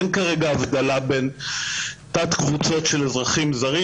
אין כרגע הבדל בין תת קבוצות של אזרחים זרים.